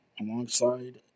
alongside